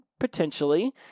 Potentially